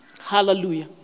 Hallelujah